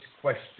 question